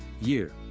Year –